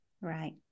Right